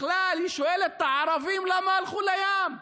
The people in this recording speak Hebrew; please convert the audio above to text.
בכלל היא שואלת את הערבים למה הלכו לים.